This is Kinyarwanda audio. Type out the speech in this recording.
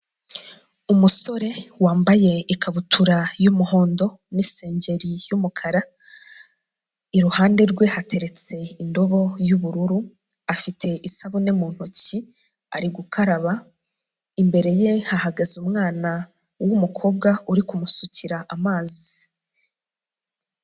Umusore wambaye ikabutura y'umuhondo n'isengeri y'umukara, iruhande rwe hateretse indobo y'ubururu afite isabune mu ntoki ari gukaraba, imbere ye hahagaze umwana w'umukobwa uri kumusukira amazi.